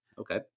Okay